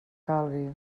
calgui